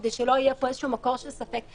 כדי שלא יהיה פה איזשהו מקור של ספק.